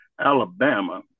alabama